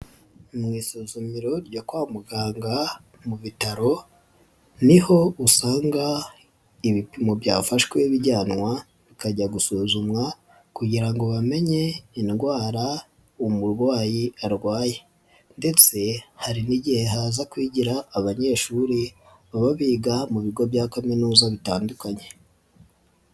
Mu isuzumiro ryo kwa muganga mu bitaro ni ho usanga ibipimo byafashwe bijyanwa bikajya gusuzumwa kugira ngo bamenye indwara umurwayi arwaye ndetse hari n'igihe haza kwigira abanyeshuri baba biga mu bigo bya kaminuza bitandukanye.